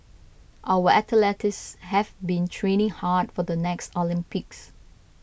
our athletes have been training hard for the next Olympics